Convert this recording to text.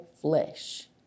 flesh